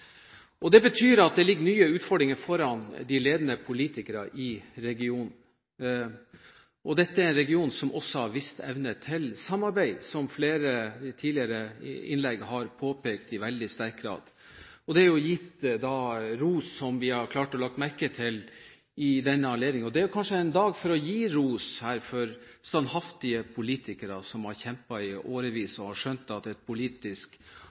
bedre. Det betyr at det ligger nye utfordringer foran de ledende politikerne i regionen. Dette er en region som også har vist evne til samarbeid, som flere i tidligere innlegg har påpekt i veldig sterk grad. Det er gitt ros, som vi har lagt merke til ved denne anledningen. Det er kanskje en dag for å gi ros her til standhaftige politikere som har kjempet i årevis, og som har skjønt at et politisk